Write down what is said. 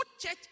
church